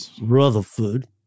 Rutherford